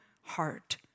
heart